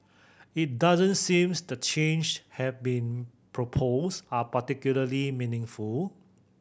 it doesn't seems that the changes have been proposed are particularly meaningful